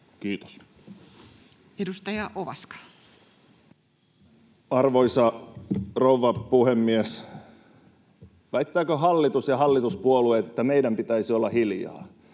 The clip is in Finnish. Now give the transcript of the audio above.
Kiitos. Edustaja Ovaska. Arvoisa rouva puhemies! Väittävätkö hallitus ja hallituspuolueet, että meidän pitäisi olla hiljaa?